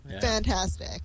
fantastic